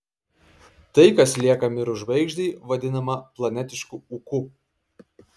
tai kas lieka mirus žvaigždei vadinama planetišku ūku